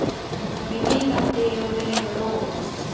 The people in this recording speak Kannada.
ವಿಮೆ ಮತ್ತೆ ಯೋಜನೆಗುಳು